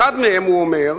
אחד מהם, הוא אומר,